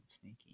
sneaky